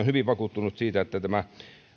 hyvin vakuuttunut siitä että tämä